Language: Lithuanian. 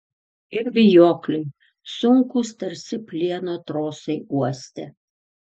ir vijokliai sunkūs tarsi plieno trosai uoste